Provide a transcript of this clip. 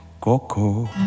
Coco